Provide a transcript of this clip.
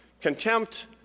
Contempt